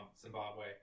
Zimbabwe